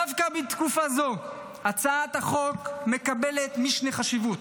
דווקא בתקופה זו הצעת החוק מקבלת משנה חשיבות.